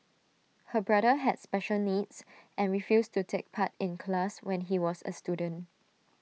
her brother had special needs and refused to take part in class when he was A student